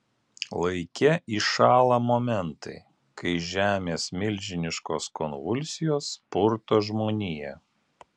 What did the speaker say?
laike įšąla momentai kai žemės milžiniškos konvulsijos purto žmoniją